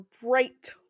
great